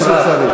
כפי שצריך.